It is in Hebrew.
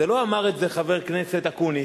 לא אמר את זה חבר הכנסת אקוניס,